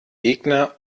gegner